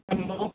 hello